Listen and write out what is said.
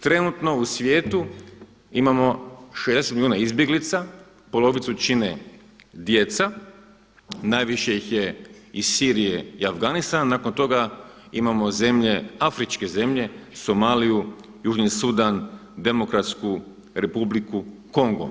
Trenutno u svijetu imamo 60 milijuna izbjeglica, polovicu čine djeca, najviše ih je iz Sirije i Afganistana, nakon toga imamo afričke zemlje Somaliju, Južni Sudan, Demokratsku Republiku Kongo.